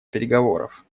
переговоров